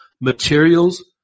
materials